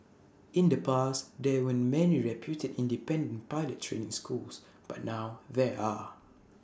in the past there weren't many reputed independent pilot training schools but now there are